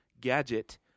gadget